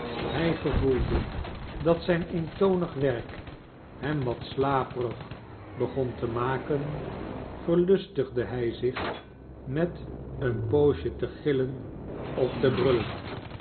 hij gevoelde dat zijn eentonig werk hem wat slaperig begon te maken verlustigde hij zich met een poosje te gillen of te brullen